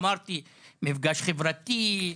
אמרתי מפגש חברתי,